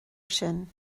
sin